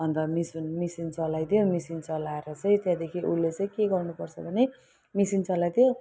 अन्त machine machine चलाइदियो machine चलाएर चाहिँ त्यहाँदेखि उसले चाहिँ के गर्नुपर्छ भने मिसिन चलाइदियो